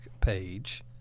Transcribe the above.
page